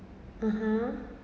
(uh huh)